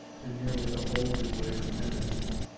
to nearly the whole of his later tendencies,